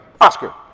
Oscar